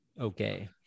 okay